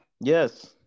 Yes